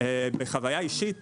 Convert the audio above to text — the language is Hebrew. בחוויה אישית